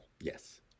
Yes